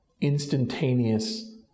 instantaneous